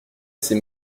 ses